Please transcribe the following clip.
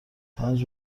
پنج